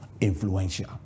influential